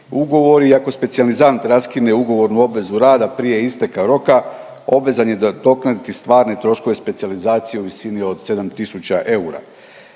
ugovori i ako specijalizant raskine ugovornu obvezu rada prije isteka roka obvezan je nadoknaditi stvarne troškove specijalizacije u visini od 7 tisuća eura.